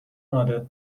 عادت